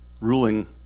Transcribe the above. ruling